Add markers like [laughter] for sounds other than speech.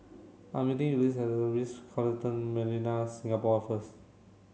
I am meeting [unintelligible] at The Ritz Carlton Millenia Singapore first